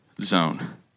zone